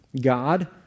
God